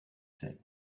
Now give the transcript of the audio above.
said